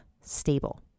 stable